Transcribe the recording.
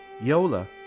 Yola